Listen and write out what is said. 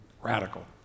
radical